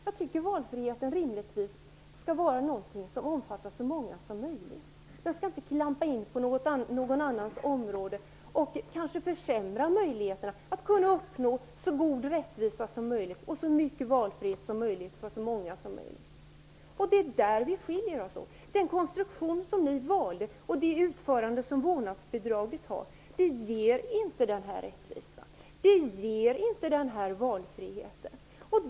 Jag tycker att valfriheten rimligtvis skall omfatta så många som möjligt, inte klampa in på någon annans område och kanske försämra möjligheterna att uppnå så god rättvisa som möjligt och så stor valfrihet som möjligt för så många som möjligt. Det är där vi skiljer oss åt. Den konstruktion som ni valde och det utförande som vårdnadsbidraget har ger inte den rättvisan, det ger inte den valfriheten.